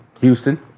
Houston